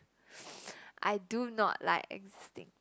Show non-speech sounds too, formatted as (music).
(noise) I do not like existing